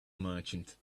merchant